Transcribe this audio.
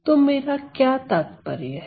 तो मेरा क्या तात्पर्य है